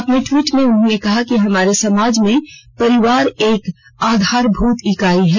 अपने ट्वीट में उन्होंने कहा कि हमारे समाज में परिवार एक आधारभूत इकाई है